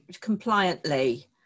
compliantly